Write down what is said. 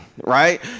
right